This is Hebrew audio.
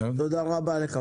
תודה רבה לך.